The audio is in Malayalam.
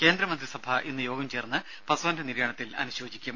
കേന്ദ്രമന്ത്രിസഭ ഇന്ന് യോഗം ചേർന്ന് പസ്വാന്റെ നിര്യാണത്തിൽ അനുശോചിക്കും